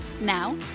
Now